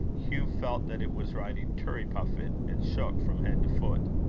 hugh felt that it was writing turriepuffit, and shook from head to foot.